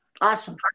awesome